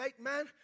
man